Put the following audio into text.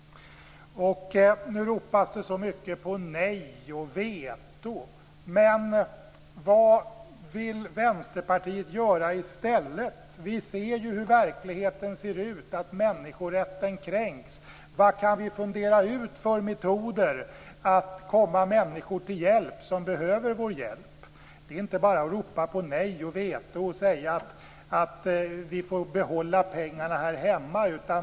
Nu ropas det på nej och veto. Men vad vill Vänsterpartiet göra i stället? Vi ser ju hur verkligheten ser ut. Människorätten kränks. Vilka metoder kan vi fundera ut för att komma de människor till hjälp som behöver vår hjälp? Det är inte bara att ropa på nej och veto och säga att vi skall behålla pengarna här hemma.